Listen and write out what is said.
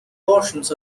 portions